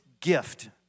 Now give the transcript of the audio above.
gift